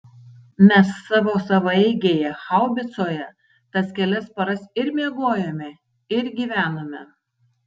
mes savo savaeigėje haubicoje tas kelias paras ir miegojome ir gyvenome